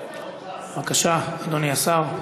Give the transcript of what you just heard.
בבקשה, אדוני השר.